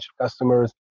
customers